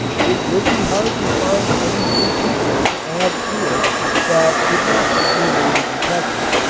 it would be hard to find anything cheaper to add to it that would not be easily detected.